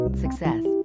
success